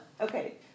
Okay